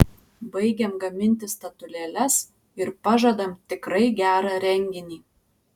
baigiam gaminti statulėles ir pažadam tikrai gerą renginį